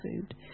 food